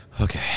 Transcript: Okay